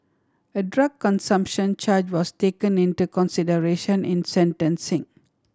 a drug consumption charge was taken into consideration in sentencing